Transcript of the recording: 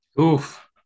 Oof